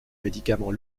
médicament